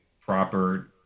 proper